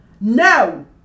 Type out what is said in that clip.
No